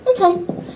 Okay